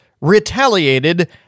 retaliated